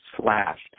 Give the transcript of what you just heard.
slashed